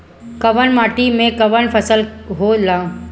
कवन माटी में कवन फसल हो ला?